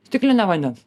stiklinę vandens